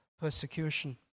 persecution